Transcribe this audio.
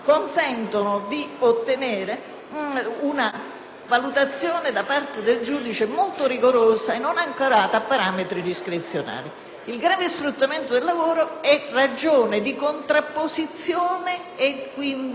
Il grave sfruttamento del lavoro è ragione di contrapposizione e quindi di insicurezza pubblica dal momento che i cittadini italiani del Nord dichiarano che i lavoratori stranieri sottraggono loro il lavoro